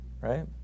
right